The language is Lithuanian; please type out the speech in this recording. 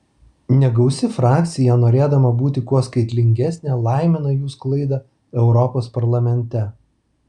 negausi frakcija norėdama būti kuo skaitlingesnė laimina jų sklaidą europos parlamente